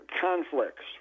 conflicts